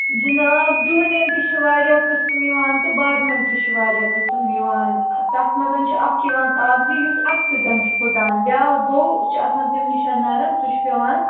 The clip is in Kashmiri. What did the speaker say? جِناب ڈوٗنٮ۪ن تہِ چھِ واریاہ قٕسٕم یِوان تہٕ بادمَن تہِ چھِ واریاہ قٕسٕم یِوان تَتھ منٛز چھُ اَکھ یِوان کاغذ یُس اَتھٕ سۭتۍ چھُ پھُٹان بیٛاکھ گوٚو سُہ چھُ آسان تَمہِ نِش نَرَم سُہ چھُ پٮ۪وان